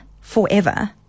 forever